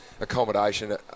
accommodation